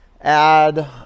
add